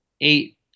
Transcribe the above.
eight